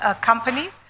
companies